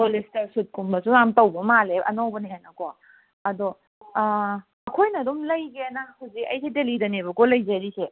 polyester ꯁꯨꯠꯀꯨꯝꯕꯁꯨ ꯌꯥꯝ ꯇꯧꯕ ꯃꯥꯜꯂꯦ ꯑꯅꯧꯕꯅꯦ ꯍꯥꯏꯅꯀꯣ ꯑꯗꯣ ꯑꯩꯈꯣꯏꯅ ꯑꯗꯨꯝ ꯂꯩꯒꯦꯅ ꯍꯧꯖꯤꯛ ꯑꯩꯗꯤ ꯗꯦꯂꯤꯗꯅꯦꯕꯀꯣ ꯂꯩꯖꯔꯤꯁꯦ